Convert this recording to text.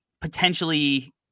potentially